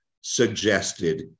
suggested